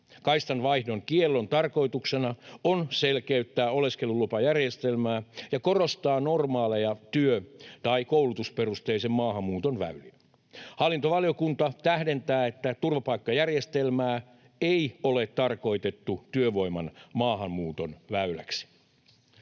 Kaistanvaihdon kiellon tarkoituksena on selkeyttää oleskelulupajärjestelmää ja korostaa normaaleja työ- tai koulutusperusteisen maahanmuuton väyliä. Hallintovaliokunta tähdentää, että turvapaikkajärjestelmää ei ole tarkoitettu työvoiman maahanmuuton väyläksi.